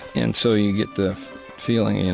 and so you get the feeling, and